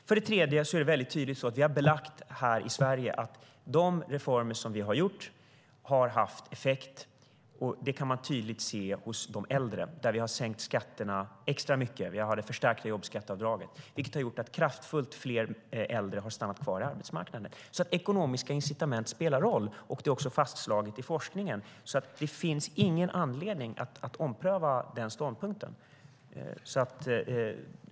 För det tredje är det väldigt tydligt att vi här i Sverige har belagt att de reformer vi har gjort har haft effekt. Det kan man tydligt se hos de äldre, där vi har sänkt skatterna extra mycket. Vi har det förstärkta jobbskatteavdraget, vilket gjort att väldigt många fler äldre har stannat kvar på arbetsmarknaden. Ekonomiska incitament spelar alltså roll, och det är fastslaget i forskningen. Det finns ingen anledning att ompröva den ståndpunkten.